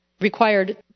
required